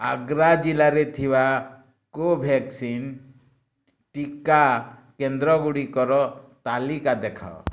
ଆଗ୍ରା ଜିଲ୍ଲାରେ ଥିବା କୋଭାକ୍ସିନ୍ ଟିକା କେନ୍ଦ୍ରଗୁଡ଼ିକର ତାଲିକା ଦେଖାଅ